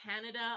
Canada